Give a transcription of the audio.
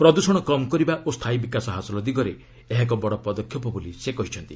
ପ୍ରଦ୍ୟଷଣ କମ୍ କରିବା ଓ ସ୍ଥାୟି ବିକାଶ ହାସଲ ଦିଗରେ ଏହା ଏକ ବଡ଼ ପଦକ୍ଷେପ ବୋଲି ସେ କହିଛନ୍ତି